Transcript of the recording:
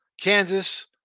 Kansas